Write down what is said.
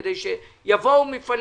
כדי שיבואו מפעלים,